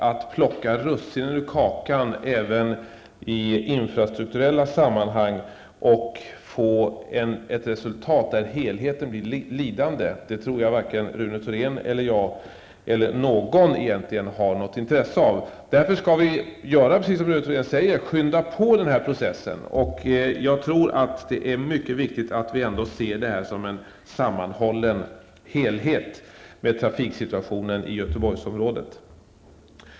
Att plocka russin ur kakan även i infrastrukturella sammanhang och få ett resultat där helheten blir lidande tror jag inte att vare sig Rune Thorén eller jag, eller över huvud taget någon, egentligen har intresse av. Därför skall vi, som Rune Thorén sade, påskynda processen. Jag tror ändå att det är mycket viktigt att vi ser trafiksituationen i Göteborgsområdet som en sammanhållen helhet.